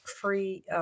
free